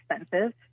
expensive